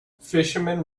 fishermen